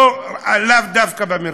לאו דווקא במרכז.